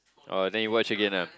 oh then you watch again ah